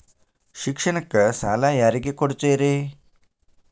ಶಿಕ್ಷಣಕ್ಕ ಸಾಲ ಯಾರಿಗೆ ಕೊಡ್ತೇರಿ?